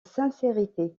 sincérité